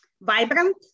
vibrant